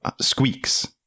squeaks